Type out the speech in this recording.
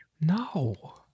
No